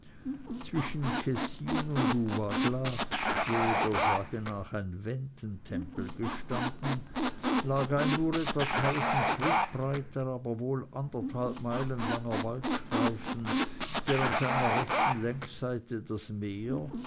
zwischen kessin und uvagla wo der sage nach ein wendentempel gestanden lag ein nur etwa tausend schritt breiter aber wohl anderthalb meilen langer waldstreifen der an seiner rechten längsseite das meer